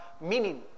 Meaning